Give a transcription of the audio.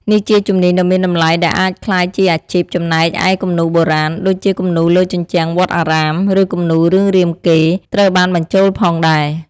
នេះជាជំនាញដ៏មានតម្លៃដែលអាចក្លាយជាអាជីព ចំណែកឯគំនូរបុរាណ ដូចជាគំនូរលើជញ្ជាំងវត្តអារាម ឬគំនូររឿងរាមកេរ្តិ៍ ត្រូវបានបញ្ចូលផងដែរ។